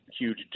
huge